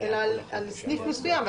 אלא על סניף מסוים,